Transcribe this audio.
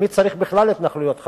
מי צריך בכלל התנחלויות חדשות?